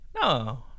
no